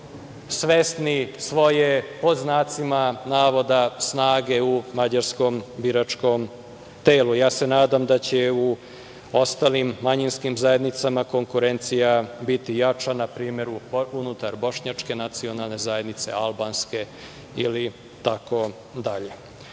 svesni svoje „snage“ u mađarskom biračkom telu. Ja se nadam da će u ostalim manjinskim zajednicama konkurencija biti jača, npr. unutar bošnjačke nacionalne zajednice, albanske itd. Ono